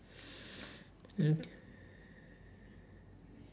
okay